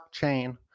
blockchain